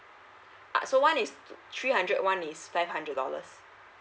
so one is three hundred one is five hundred dollars